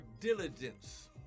diligence